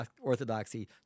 orthodoxy